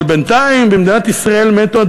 אבל בינתיים במדינת ישראל מתו,